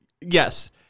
Yes